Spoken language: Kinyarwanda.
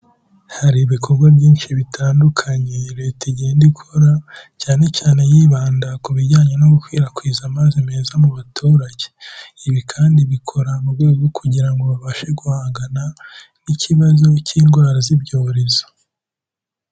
Hari ibikorwa byinshi bitandukanye Leta igenda ikora, cyane cyane yibanda ku bijyanye no gukwirakwiza amazi meza mu baturage, ibi kandi ibikora mu rwego kugira ngo babashe guhangana n'ikibazo cy'indwara z'ibyorezo.